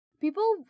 people